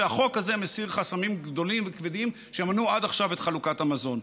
והחוק הזה מסיר חסמים גדולים וכבדים שמנעו עד עכשיו את חלוקת המזון.